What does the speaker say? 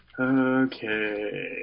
Okay